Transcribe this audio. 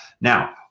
Now